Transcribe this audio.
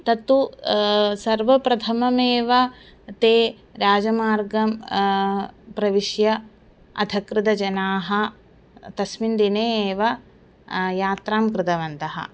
तत्तु सर्वप्रथममेव ते राजमार्गं प्रविश्य अधिकृतजनाः तस्मिन् दिने एव यात्रां कृतवन्तः